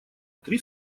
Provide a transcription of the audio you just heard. три